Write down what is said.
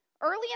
Early